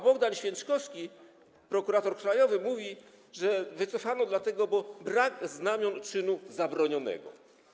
Bogdan Święczkowski, prokurator krajowy, mówi, że wycofano, bo brak jest znamion czynu zabronionego.